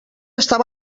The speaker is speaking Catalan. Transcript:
estava